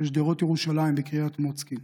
בשדרות ירושלים בקריית מוצקין.